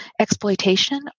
exploitation